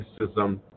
racism